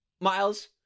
Miles